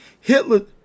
Hitler